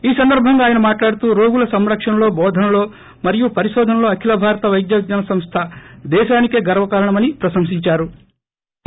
ఈ సందర్బంగా ఆయన మార్ట్ భాధి మాట్లాడుతూ రోగుల సంరక్షణలో భోదనలో మరియు పరిశోధనలో అఖిల భారత్య వైద్య విజ్ఞాన సంస్ల దేశానికే గర్వకారణమని ప్రశంసించారు